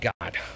God